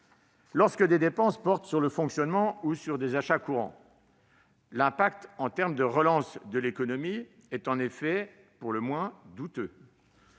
Lorsque des dépenses portent sur le fonctionnement ou sur des achats courants, l'impact, en termes de relance de l'économie, est en effet pour le moins douteux.